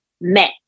met